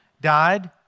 died